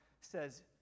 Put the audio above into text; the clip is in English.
says